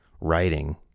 writing